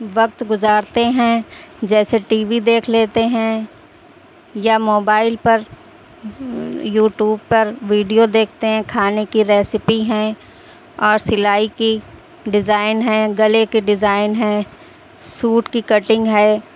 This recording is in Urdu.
وقت گزارتے ہیں جیسے ٹی وی دیکھ لیتے ہیں یا موبائل پر یوٹیوب پر ویڈیو دیکھتے ہیں کھانے کی ریسیپی ہیں اور سیلائی کی ڈیزائن ہیں گلے کے ڈیزائن ہیں سوٹ کی کٹنگ ہے